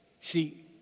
See